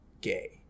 gay